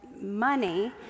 money